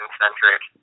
centric